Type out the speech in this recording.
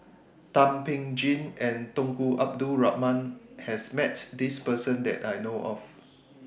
Thum Ping Tjin and Tunku Abdul Rahman has Met This Person that I know of